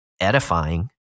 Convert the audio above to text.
edifying